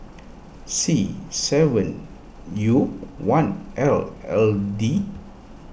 C seven U one L L D